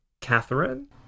Catherine